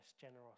generosity